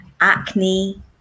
acne